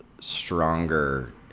stronger